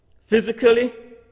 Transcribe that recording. Physically